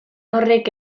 horrek